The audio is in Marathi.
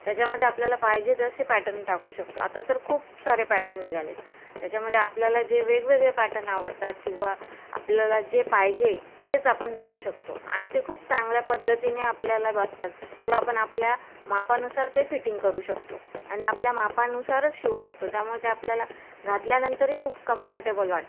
त्याच्यामध्ये आपल्याला पाहिजे तसे पॅटर्न टाकू शकतो आता तर खूप सारे पॅटर्न निघाले आहेत त्याच्यामध्ये आपल्याला जे वेगवेगळे पॅटर्न आवडतात किंवा आपल्याला जे पाहिजे तेच आपण टाकू शकतो आणि ते खूप चांगल्या पद्धतीने आपल्याला बसतात किंवा आपण आपल्या मापानुसार ते फिटिंग करू शकतो आणि आपल्या मापानुसारच शिवू शकतो त्यामुळे ते आपल्याला घातल्यानंतरही खूप कम्फर्टेबल वाटतं